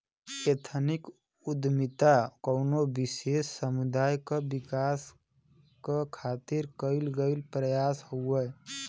ethnic उद्दमिता कउनो विशेष समुदाय क विकास क खातिर कइल गइल प्रयास हउवे